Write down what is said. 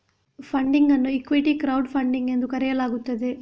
funding ಅನ್ನು equity crowd funding ಎಂದು ಕರೆಯಲಾಗುತ್ತದೆ